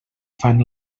fan